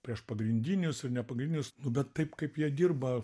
prieš pagrindinius ir nepagrindinius nu bet taip kaip jie dirba